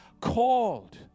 called